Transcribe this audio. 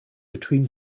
between